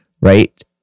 Right